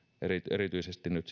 erityisesti nyt